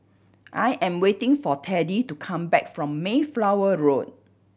I am waiting for Teddie to come back from Mayflower Road